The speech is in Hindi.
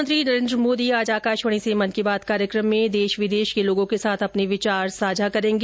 प्रधानमंत्री नरेन्द्र मोदी आज आकाशवाणी से मन की बात कार्यक्रम में देश विदेश के लोगों के साथ अपने विचार साझा करेंगे